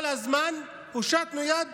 כל הזמן הושטנו יד